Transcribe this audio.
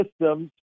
systems